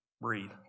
Breathe